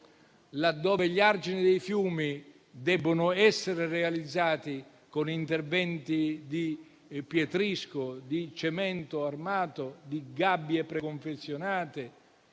laddove gli argini dei fiumi debbono essere realizzati con pietrisco, cemento armato, con gabbie preconfezionate,